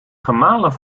gemalen